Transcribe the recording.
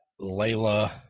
Layla